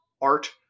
art